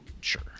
sure